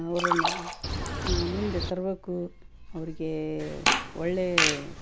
ಅವರನ್ನ ಮುಂದೆ ತರಬೇಕು ಅವ್ರಿಗೆ ಒಳ್ಳೆಯ